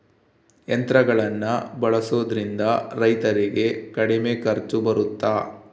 ಯಂತ್ರಗಳನ್ನ ಬಳಸೊದ್ರಿಂದ ರೈತರಿಗೆ ಕಡಿಮೆ ಖರ್ಚು ಬರುತ್ತಾ?